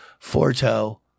Forto